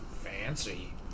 Fancy